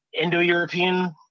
Indo-European